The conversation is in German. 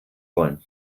wollen